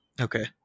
Okay